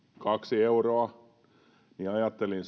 kaksi euroa niin ajattelin